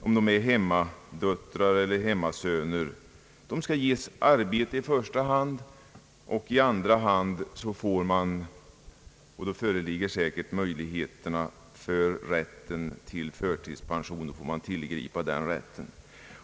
Om de är hemmadöttrar eller hemmasöner skall de också i första hand ges arbete, och i andra hand föreligger säkert möjligheten att få rätt till förtidspension. Då får man tillgripa den rätten.